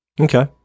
Okay